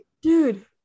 Dude